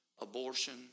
abortion